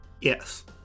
Yes